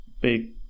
big